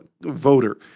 voter